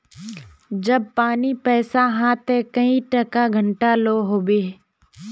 जब पानी पैसा हाँ ते कई टका घंटा लो होबे?